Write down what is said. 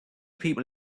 people